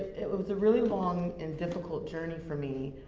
it was a really long and difficult journey for me.